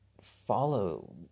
follow